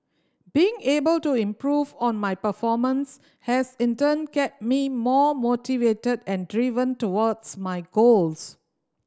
being able to improve on my performance has in turn kept me more motivated and driven towards my goals